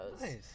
Nice